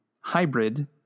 hybrid